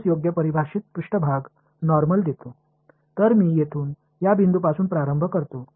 நான் மேற்பரப்பை இயல்பாக தருகிறேன் இன்டெர்ஃபேஸ் வரையறுக்கின்றன